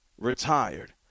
retired